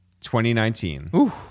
2019